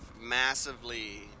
massively